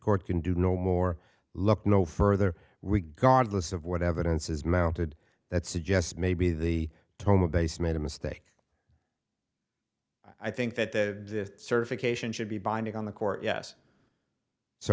court can do no more look no further regardless of what evidence is mounted that suggests maybe the toma base made a mistake i think that the certification should be binding on the court yes so